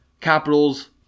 Capitals